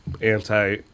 anti-